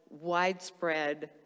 widespread